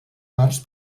parts